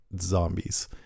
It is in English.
zombies